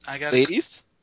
ladies